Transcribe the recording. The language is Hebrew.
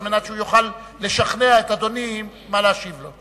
על מנת שהוא יוכל לשכנע את אדוני מה להשיב לו.